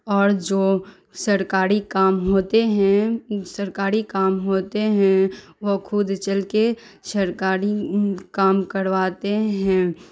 اور جو سرکاری کام ہوتے ہیں سرکاری کام ہوتے ہیں وہ خود چل کے سرکاری کام کرواتے ہیں